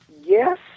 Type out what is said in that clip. Yes